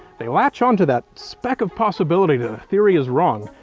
they latch onto that speck of possibility that a theory is wrong,